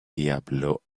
diablo